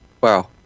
Wow